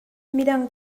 midang